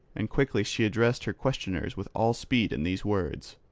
and quickly she addressed her questioners with all speed in these words